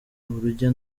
urujya